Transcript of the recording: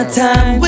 time